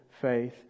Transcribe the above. Faith